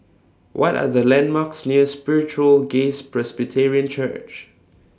What Are The landmarks near Spiritual Grace Presbyterian Church